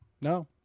No